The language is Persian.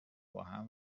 باهم